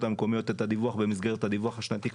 המקומיות את הדיווח במסגרת הדיווח השנתי,